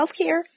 healthcare